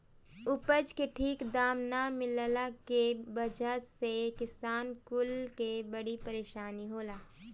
उपज के ठीक दाम ना मिलला के वजह से किसान कुल के बड़ी परेशानी होला